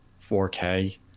4k